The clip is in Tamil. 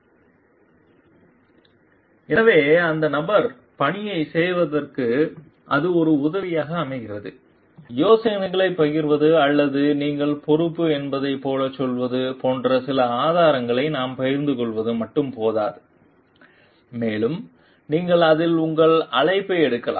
ஸ்லைடு நேரம் 1953 பார்க்கவும் எனவே அந்த நபர் பணியைச் செய்வதற்கு அது ஒரு உதவியாக அமைகிறது யோசனைகளைப் பகிர்வது அல்லது நீங்கள் பொறுப்பு என்பதைப் போலச் சொல்வது போன்ற சில ஆதாரங்களை நாம் பகிர்ந்துகொள்வது மட்டும் போதாது மேலும் நீங்கள் அதில் உங்கள் அழைப்பை எடுக்கலாம்